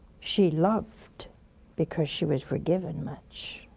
she loved because she was forgiven much.